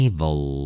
Evil